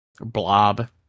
Blob